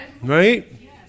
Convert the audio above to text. Right